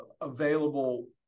available